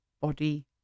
body